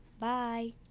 Bye